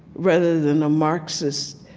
rather than a marxist,